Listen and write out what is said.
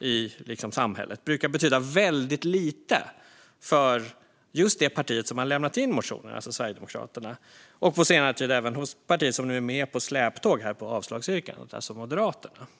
i samhället brukar betyda väldigt lite för just det parti som har lämnat in motionen, Sverigedemokraterna, och på senare tid även det parti som är med som släptåg på avslagsyrkandet, Moderaterna.